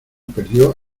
perdió